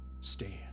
stand